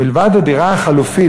מלבד הדירה החלופית,